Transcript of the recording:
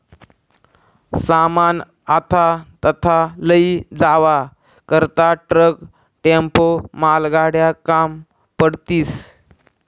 सामान आथा तथा लयी जावा करता ट्रक, टेम्पो, मालगाड्या काम पडतीस